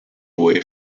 away